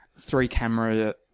three-camera